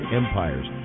empires